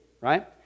right